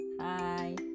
hi